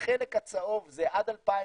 החלק הצהוב זה עד 2019,